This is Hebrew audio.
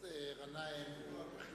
חבר הכנסת גנאים הוא בכלל,